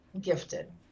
gifted